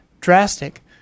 drastic